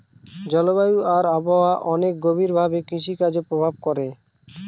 জলবায়ু আর আবহাওয়া অনেক গভীর ভাবে কৃষিকাজে প্রভাব করে